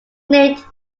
named